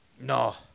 No